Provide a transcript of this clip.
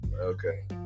Okay